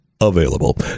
available